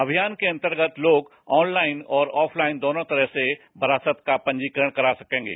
अभियान के अंतर्गत लोग ऑनलाइन और ऑफ़लाइन दोनों तरह से वरासत का पंजीकरण करा सकेंगे